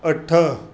अठ